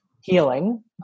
healing